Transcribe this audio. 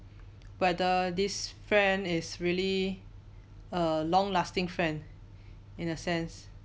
whether this friend is really a long lasting friend in a sense